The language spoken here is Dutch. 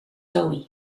zoë